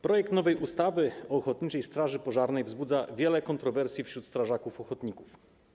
Projekt nowej ustawy o ochotniczej straży pożarnej wzbudza wiele kontrowersji wśród strażaków ochotników.